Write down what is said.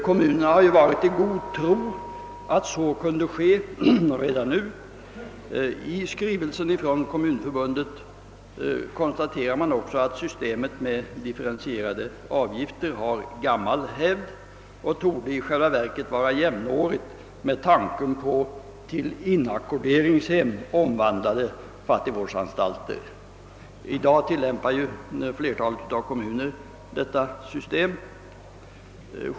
Kommunerna har ju varit i god tro att så kunde ske redan nu. I skrivelsen från Kommunförbundet konstaterar man också att systemet med differentierade avgifter har gammal hävd och i själva verket torde vara jämnårigt med tanken på till inackorderingshem omvandlade fattigvårdsanstalter. I dag tillämpar flertalet kommuner detta — system.